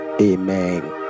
amen